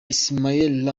ismaël